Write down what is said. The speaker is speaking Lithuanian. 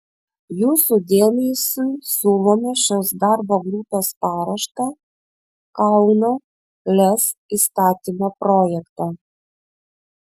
jūsų dėmesiui siūlome šios darbo grupės paruoštą kauno lez įstatymo projektą